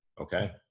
Okay